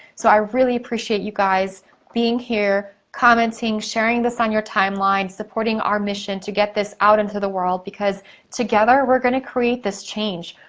so, i really appreciate you guys being here, commenting, sharing this on your timeline, supporting our mission to get this out into the world, because together we're gonna create this change.